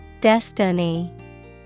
Destiny